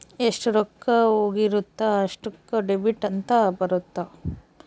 ಎಷ್ಟ ರೊಕ್ಕ ಹೋಗಿರುತ್ತ ಅಷ್ಟೂಕ ಡೆಬಿಟ್ ಅಂತ ಬರುತ್ತ